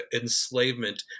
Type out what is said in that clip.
enslavement